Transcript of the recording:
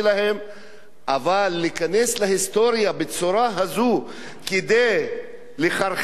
אבל להיכנס להיסטוריה בצורה הזו כדי לחרחר כזאת מלחמה,